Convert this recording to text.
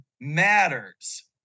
matters